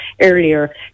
earlier